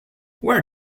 where